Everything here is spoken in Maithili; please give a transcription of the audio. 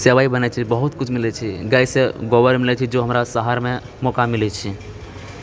सेवइ बनैत छै बहुत किछु मिलैत छै गाय से गोबर मिलै छै जो हमरा शहरमे मौका मिलैत छै